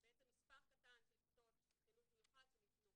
בעצם מספר קטן של כיתות חינוך מיוחד שנבנו.